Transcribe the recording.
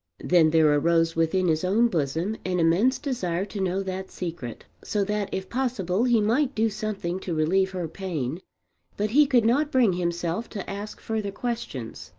then there arose within his own bosom an immense desire to know that secret, so that if possible he might do something to relieve her pain but he could not bring himself to ask further questions.